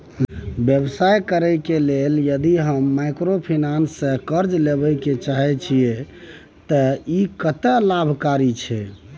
व्यवसाय करे के लेल यदि हम माइक्रोफाइनेंस स कर्ज लेबे चाहे छिये त इ कत्ते लाभकारी छै?